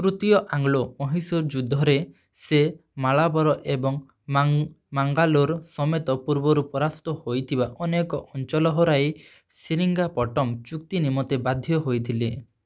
ତୃତୀୟ ଆଙ୍ଗ୍ଲୋ ମହୀଶୂର ଯୁଦ୍ଧରେ ସେ ମାଲାବର ଏବଂ ମାଙ୍ଗାଲୋର ସମେତ ପୂର୍ବରୁ ପରାସ୍ତ ହୋଇଥିବା ଅନେକ ଅଞ୍ଚଲ ହରାଇ ସେରିଙ୍ଗାପଟମ୍ ଚୁକ୍ତି ନିମନ୍ତେ ବାଧ୍ୟ ହୋଇଥିଲେ